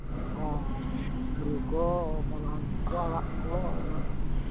ᱦᱮᱸ ᱥᱟᱹᱨᱩ ᱠᱚ ᱢᱟᱞᱦᱟᱱ ᱠᱚ ᱟᱲᱟᱜ ᱠᱚ ᱚᱱᱟ ᱠᱚ